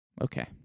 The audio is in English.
Okay